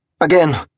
Again